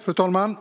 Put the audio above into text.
Fru talman!